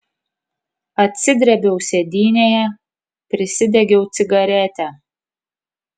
atsidrėbiau sėdynėje prisidegiau cigaretę